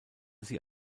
sie